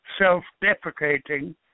self-deprecating